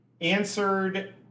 answered